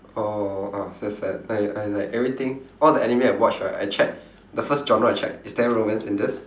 oh ah that's sad I I like everything all the anime I watch right I check the first genre I check is there romance in this